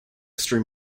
stream